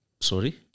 Sorry